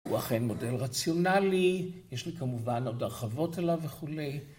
הוא אכן מודל רציונלי, יש לי כמובן עוד הרחבות אליו וכולי.